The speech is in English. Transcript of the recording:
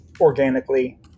organically